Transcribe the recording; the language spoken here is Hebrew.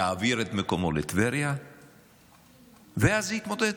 יעביר את מקומו לטבריה ואז יתמודד.